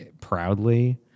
proudly